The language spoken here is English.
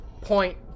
point